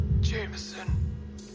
Jameson